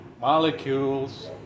molecules